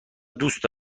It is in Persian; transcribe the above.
دوست